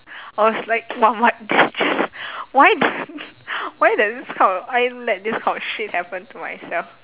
I was like !wah! what this just why just why does this kind of I am let this kind of shit happen to myself